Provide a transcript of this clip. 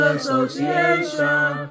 Association